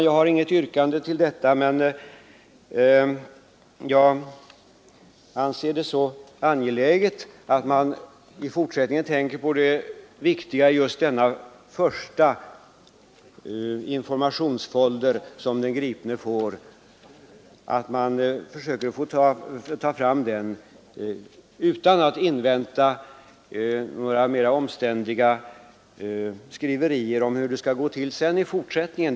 jag har inget yrkande i detta ärende, men jag anser det angeläget att få fram en informationsfolder avsedd för de behov som uppstår vid den gripnes första kontakt med polisen och att man därvid inte behöver invänta några mera omständliga utredningar och skriverier om de fortsatta förfarandena.